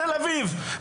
בתל אביב,